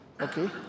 okay